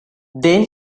then